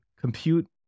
compute